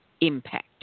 impact